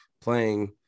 playing